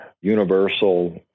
universal